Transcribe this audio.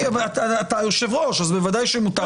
אתה היושב-ראש, אז בוודאי שמותר לך.